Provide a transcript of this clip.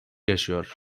yaşıyor